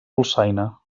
dolçaina